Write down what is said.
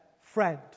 friend